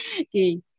okay